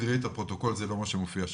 תקראי את הפרוטוקול, זה לא מה שמופיע שם.